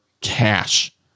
cash